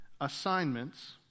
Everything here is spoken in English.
assignments